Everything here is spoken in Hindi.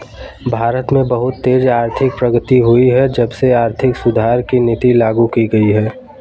भारत में बहुत तेज आर्थिक प्रगति हुई है जब से आर्थिक सुधार की नीति लागू की गयी है